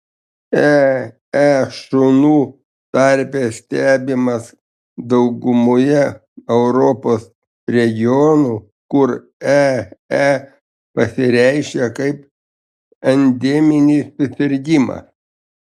ee šunų tarpe stebimas daugumoje europos regionų kur ee pasireiškia kaip endeminis susirgimas